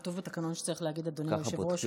כתוב בתקנון שצריך להגיד: אדוני היושב-ראש,